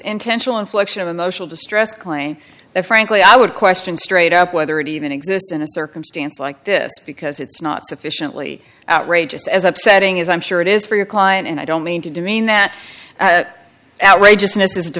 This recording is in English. intentional infliction of emotional distress claim that frankly i would question straight up whether it even exists in a circumstance like this because it's not sufficiently outrageous as upsetting as i'm sure it is for your client and i don't mean to demean that outrageous